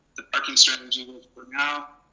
the parking strategy was for now